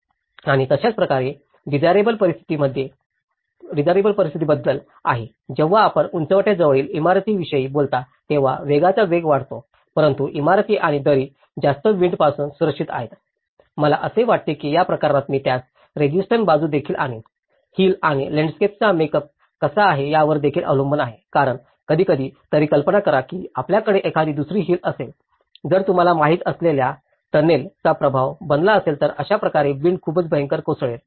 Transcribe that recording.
आणि तशाच प्रकारे डिझायरेबल परिस्थितीबद्दल आहे जेव्हा आपण उंचवट्याजवळील इमारतीविषयी बोलता तेव्हा वेगाचा वेग वाढतो परंतु इमारती आणि दरी जास्त विंडपासून संरक्षित आहे मला असे वाटते की या प्रकरणात मी त्यास रेजिस्टन्स बाजू देखील आणीन हिल आणि लँडस्केपचा मेक अप कसा आहे यावर देखील अवलंबून आहे कारण कधीकधी तरी कल्पना करा की आपल्याकडे एखादी दुसरी हिल असेल तर तुम्हाला माहित असलेल्या टनेल चा प्रभाव बनला असेल तर अशा प्रकारे विंड खूपच भयंकर कोसळेल